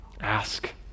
ask